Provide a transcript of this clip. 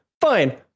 fine